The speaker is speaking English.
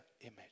image